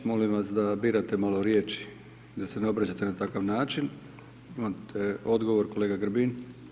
Molim vas da birate malo riječi, da se ne obraćate na takav način, imate odgovor, kolega Grbin.